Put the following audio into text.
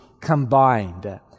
combined